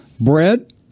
bread